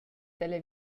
dalla